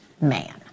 Man